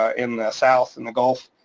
ah in the south and the gulf,